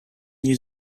new